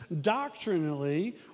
doctrinally